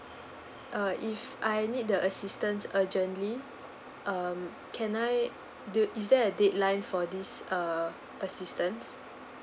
uh if I need the assistance urgently um can I do is there a dateline for this err assistant